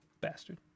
Bastard